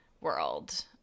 world